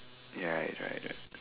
ya right